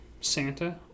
Santa